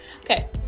Okay